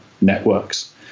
networks